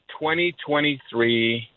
2023